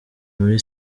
muri